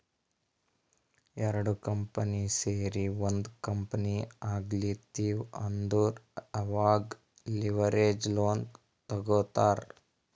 ಎರಡು ಕಂಪನಿ ಸೇರಿ ಒಂದ್ ಕಂಪನಿ ಆಗ್ಲತಿವ್ ಅಂದುರ್ ಅವಾಗ್ ಲಿವರೇಜ್ ಲೋನ್ ತಗೋತ್ತಾರ್